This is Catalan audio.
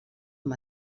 amb